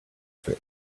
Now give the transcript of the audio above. fix